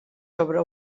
sobre